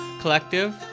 Collective